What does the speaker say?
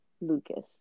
Lucas